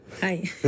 Hi